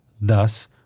thus